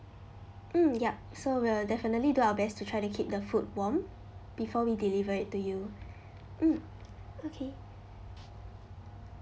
mm yup so we'll definitely do our best to try to keep the food warm before we deliver it to you mm okay